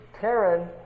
Karen